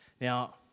now